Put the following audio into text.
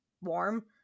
warm